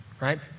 Right